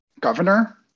governor